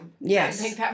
Yes